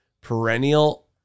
perennial